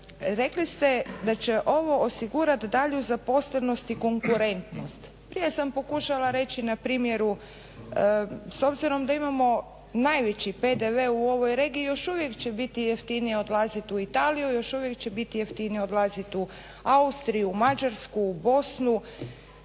Rekli ste da će ovo osigurati dalju zaposlenost i konkurentnost. Prije sam pokušala reći na primjeru, s obzirom da imamo najveći PDV u ovoj regiji, još uvijek će biti jeftinije odlaziti u Italiju, još uvijek će biti jeftinije odlaziti u Austriju, Mađarsku, Bosnu